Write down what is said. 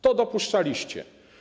To dopuszczaliście.